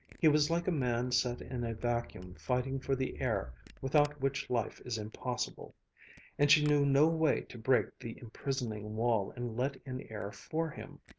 he was like a man set in a vacuum fighting for the air without which life is impossible and she knew no way to break the imprisoning wall and let in air for him.